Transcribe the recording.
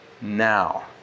now